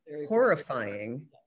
horrifying